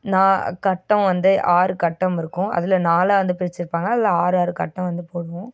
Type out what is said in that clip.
நா கட்டம் வந்து ஆறு கட்டம் இருக்கும் அதில் நாலாக வந்து பிரிச்சுருப்பாங்க அதில் ஆறு ஆறு கட்டம் வந்து போடுவோம்